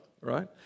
right